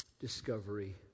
discovery